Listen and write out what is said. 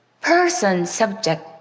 Person-subject